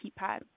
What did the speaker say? keypad